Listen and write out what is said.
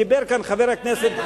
דיבר כאן חבר הכנסת,